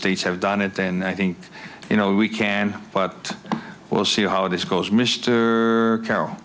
states have done it and i think you know we can but we'll see how this goes mr carrol